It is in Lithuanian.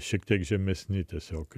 šiek tiek žemesni tiesiog